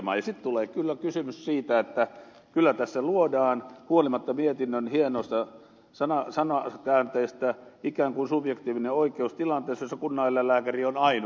sitten tulee kyllä kysymys siitä että kyllä tässä luodaan huolimatta mietinnön hienoista sanakäänteistä ikään kuin subjektiivinen oikeus tilanteessa jossa kunnaneläinlääkäri on ainut